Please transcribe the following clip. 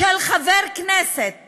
של חבר כנסת